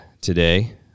today